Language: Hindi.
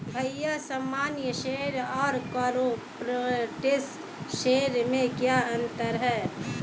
भैया सामान्य शेयर और कॉरपोरेट्स शेयर में क्या अंतर है?